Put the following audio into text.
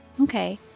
Okay